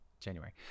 January